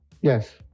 Yes